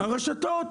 הרשתות.